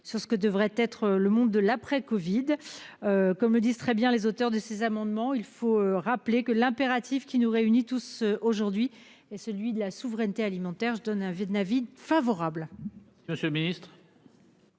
sur ce que devrait être le monde de l'après-Covid. Comme le disent très bien les auteurs de ces amendements, il faut rappeler que l'impératif qui nous réunit tous aujourd'hui et celui de la souveraineté alimentaire. Je donne un vide l'avis favorable. Monsieur le Ministre.